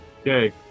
Okay